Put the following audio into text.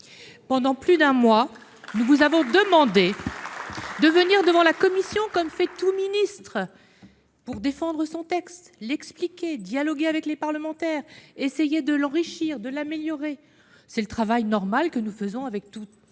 Pendant plus d'un mois, nous vous avons demandé de venir devant la commission, comme le fait tout ministre pour défendre son texte, l'expliquer, dialoguer avec les parlementaires, essayer de l'enrichir, de l'améliorer. C'est le travail normal que nous faisons avec tous